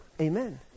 amen